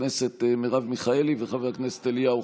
נמנעים,